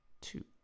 two